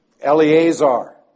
Eleazar